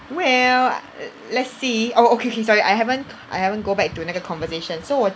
well let's see oh okay okay sorry I haven't I haven't go back to 那个 conversation so 我